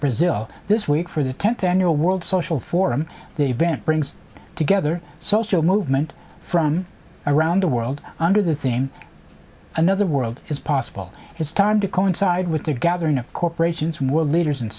brazil this week for the tenth annual world social forum the event brings together social movement from around the world under the theme another world is possible it's time to coincide with a gathering of corporations world leaders and